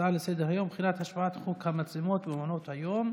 ההצעה לסדר-היום: בחינת השפעת חוק המצלמות במעונות היום,